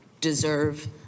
deserve